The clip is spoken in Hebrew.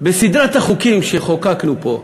בסדרת החוקים שחוקקנו פה,